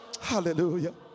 Hallelujah